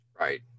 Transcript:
Right